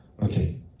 Okay